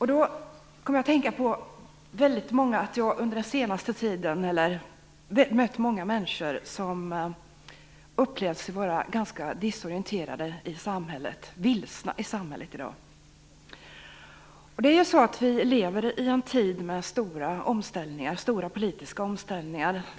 Jag kom att tänka på att jag under den senaste tiden mött många människor som upplevt sig vara ganska desorienterade och vilsna i samhället i dag. Vi lever i en tid av stora politiska omställningar.